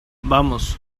vamos